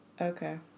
Okay